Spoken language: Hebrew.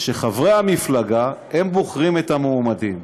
חברי המפלגה בוחרים את המועמדים.